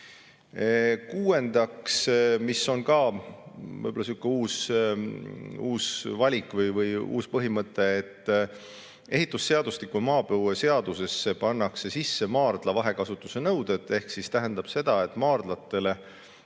Kuuendaks, mis on ka sihuke uus valik või uus põhimõte, ehitusseadustikku ja maapõueseadusesse pannakse sisse maardla vahekasutuse nõuded. See tähendab seda, et maardlatele